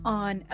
on